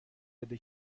بده